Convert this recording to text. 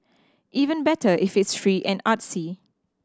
even better if it's free and artsy